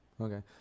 Okay